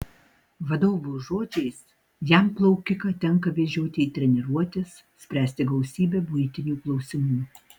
vadovo žodžiais jam plaukiką tenka vežioti į treniruotes spręsti gausybę buitinių klausimų